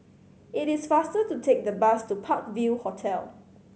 it is faster to take the bus to Park View Hotel